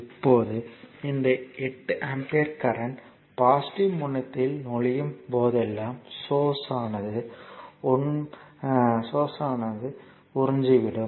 இப்போது இந்த 8 ampere current positive முனையத்தில் நுழையும் போதெல்லாம் சோர்ஸ் ஆனது உண்மைசோர்ஸ்ல் பவர்யை உறிஞ்சிவிடும்